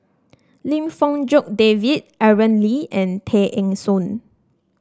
Lim Fong Jock David Aaron Lee and Tay Eng Soon